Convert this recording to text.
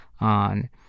on